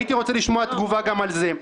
הייתי רוצה לשמוע תגובה גם על זה.